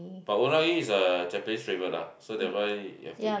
but unagi is a Japanese favourite lah so that one you have to eat